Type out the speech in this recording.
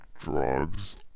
Drugs